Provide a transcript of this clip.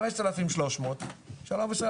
5,300 בשלב מסוים,